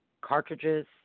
cartridges